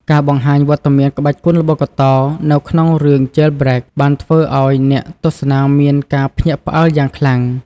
ការបង្ហាញវត្តមានក្បាច់គុនល្បុក្កតោនៅក្នុងរឿង "Jailbreak" បានធ្វើឲ្យអ្នកទស្សនាមានការភ្ញាក់ផ្អើលយ៉ាងខ្លាំង។